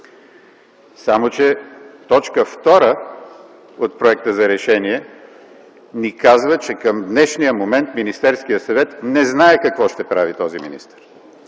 работи. Но т. 2 от проекта за решение ни казва, че към днешния момент Министерският съвет не знае какво ще прави този министър.